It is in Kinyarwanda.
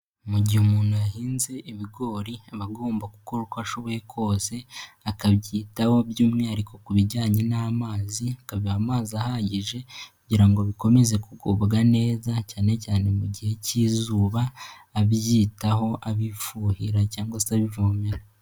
Mu gihe umuntu yahinze ibigori aba agomba gukora uko ashoboye kose akabyitaho. By'umwihariko ku bijyanye n'amazi, akabiha amazi ahagije kugira ngo bikomeze kugubwa neza cyane cyane mu gihe k'izuba abyitaho, abipfurira cyangwa se abivomera.